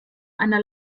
einer